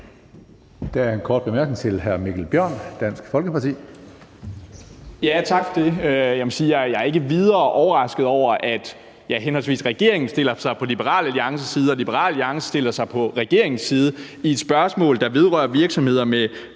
jeg ikke er videre overrasket over, at regeringen stiller sig på Liberal Alliances side, og at Liberal Alliance stiller sig på regeringens side i et spørgsmål, der vedrører mediemastodonter med